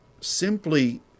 simply